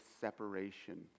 separation